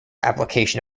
application